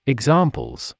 Examples